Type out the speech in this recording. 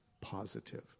positive